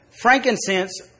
frankincense